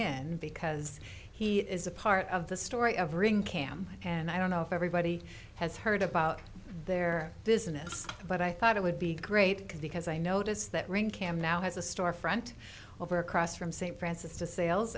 in because he is a part of the story of ring cam and i don't know if everybody has heard about their business but i thought it would be great because i notice that ring cam now has a store front over across from st francis de sales